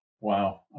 Wow